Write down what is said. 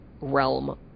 realm